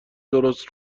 درست